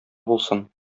булсын